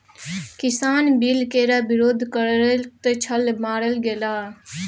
किसान बिल केर विरोध करैत छल मारल गेलाह